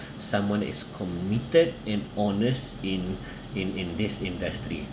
someone is committed and honest in in in this industry